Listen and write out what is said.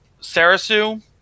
Sarasu